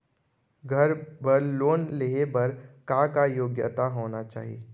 घर बर लोन लेहे बर का का योग्यता होना चाही?